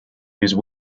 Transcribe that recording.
use